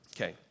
Okay